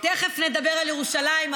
תכף נדבר על ירושלים.